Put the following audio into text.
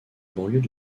banlieue